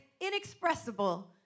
inexpressible